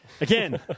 Again